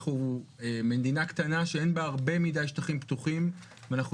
אנחנו מדינה קטנה שאין בה הרבה מידי שטחים פתוחים ואנחנו